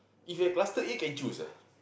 if you have here can choose ah